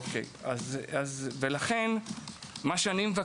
היות שיש